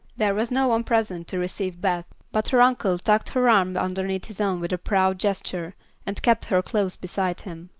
there was no one present to receive beth, but her uncle tucked her arm underneath his own with a proud gesture and kept her close beside him.